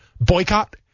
boycott